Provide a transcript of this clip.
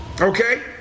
Okay